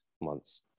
months